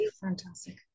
fantastic